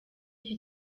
iki